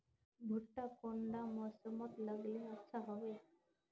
भुट्टा कौन कुंडा मोसमोत लगले अच्छा होबे?